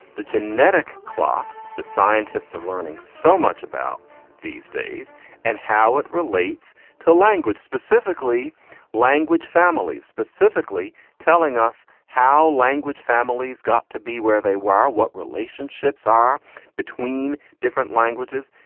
the genetic clock that scientists are learning so much about these days and how it relates to language, specifically language, families specifically telling us how language families got to be, where they were, what relationships are between different languages.